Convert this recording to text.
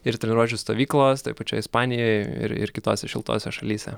ir treniruočių stovyklos toj pačioj ispanijoj ir ir kitose šiltose šalyse